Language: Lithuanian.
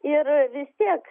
ir vis tiek